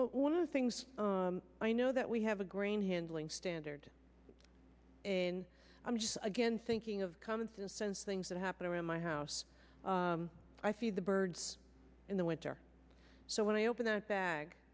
one of the things i know that we have a grain handling standard and i'm just again thinking of common sense things that happen in my house i feed the birds in the winter so when i open a bag